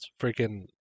freaking